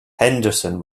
henderson